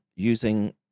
Using